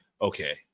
okay